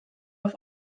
auf